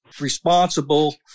responsible